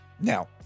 Now